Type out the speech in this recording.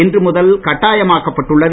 இன்று முதல் கட்டாயமாக்கப்பட்டு உள்ளது